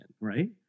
right